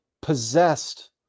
possessed